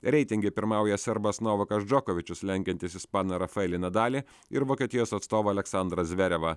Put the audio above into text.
reitinge pirmauja serbas novakas džokovičius lenkiantis ispaną rafaelį nadalį ir vokietijos atstovą aleksandrą zverevą